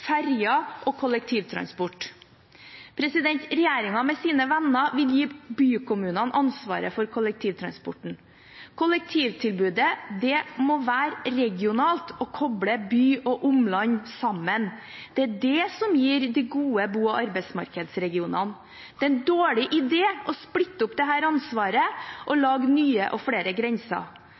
ferjer og kollektivtransport. Regjeringen med sine venner vil gi bykommunene ansvaret for kollektivtransporten. Kollektivtilbudet må være regionalt og koble by og omland sammen. Det er det som gir de gode bo- og arbeidsmarkedsregionene. Det er en dårlig idé å splitte opp dette ansvaret og lage nye og flere grenser.